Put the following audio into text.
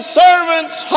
servant's